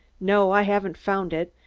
no, i haven't found it,